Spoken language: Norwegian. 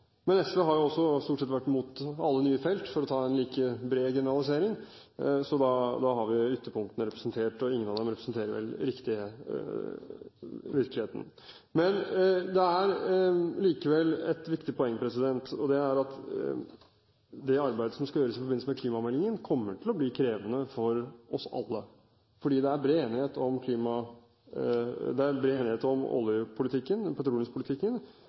Men SV har jo også stort sett vært mot alle nye felt – for å gjøre en like bred generalisering – så da har vi ytterpunktene representert, og ingen av dem representerer vel virkeligheten. Men det er likevel et viktig poeng, og det er at det arbeidet som skal gjøres i forbindelse med klimameldingen, kommer til å bli krevende for oss alle. Det er bred enighet om oljepolitikken, petroleumspolitikken, og det er også relativt bred enighet om